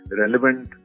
relevant